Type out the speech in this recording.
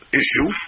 issue